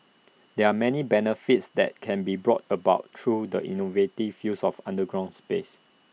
there are many benefits that can be brought about through the innovative use of underground space